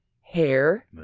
hair